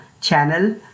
channel